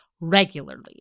regularly